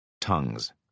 Tongues